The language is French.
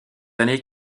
années